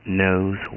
knows